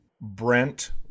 Brent